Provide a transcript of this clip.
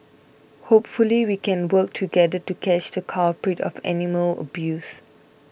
hopefully we can work together to catch the culprit of animal abuse